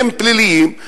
והם פליליים,